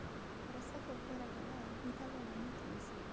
ರಸಗೊಬ್ಬರಗಳ ವಿಧಗಳನ್ನು ತಿಳಿಸಿ?